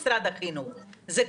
אדוני המנכ"ל, תודה רבה לך.